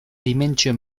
dimentsio